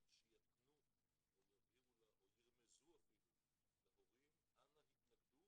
שיתנו או ירמזו אפילו להורים אנא התנגדו,